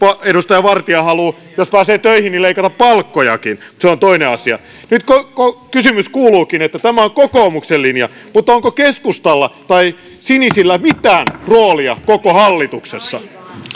edustaja vartia haluaa jos he pääsevät töihin että leikataan palkkojakin se on toinen asia nyt kysymys kuuluukin tämä on kokoomuksen linja mutta onko keskustalla tai sinisillä mitään roolia koko hallituksessa